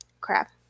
crap